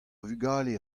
vugale